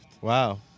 wow